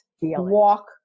walk